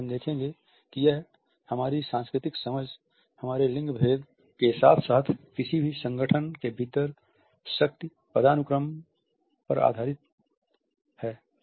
जैसा कि हम देखेंगे कि यह हमारी सांस्कृतिक समझ हमारे लिंग भेद के साथ साथ किसी भी संगठन के भीतर शक्ति पदानुक्रमों पर भी आधारित है